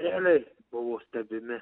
ereliai buvo stebimi